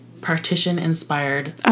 partition-inspired